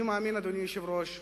אני מאמין, אדוני היושב-ראש,